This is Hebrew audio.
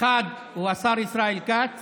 הראשון הוא השר ישראל כץ